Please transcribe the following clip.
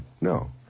No